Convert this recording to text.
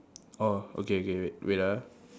oh okay okay wait wait ah